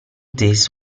this